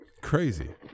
Crazy